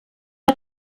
war